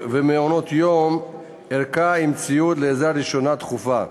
ומעון-יום ערכה עם ציוד לעזרה ראשונה דחופה,